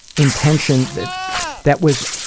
intention. that that was,